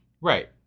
Right